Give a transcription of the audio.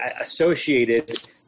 associated